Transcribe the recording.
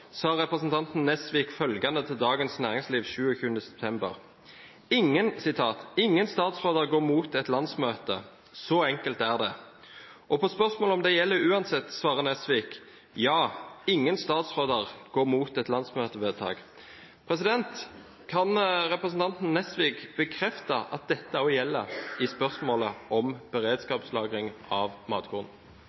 sa representanten Nesvik følgende til Dagens Næringsliv 27. september: «Ingen statsråder går mot et landsmøte. Så enkelt er det.» På spørsmål om det gjelder uansett, svarer Nesvik: «Ja, ingen statsråder går mot et landsmøtevedtak.» Kan representanten Nesvik bekrefte at dette også gjelder i spørsmålet om beredskapslagring av matkorn?